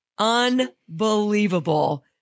Unbelievable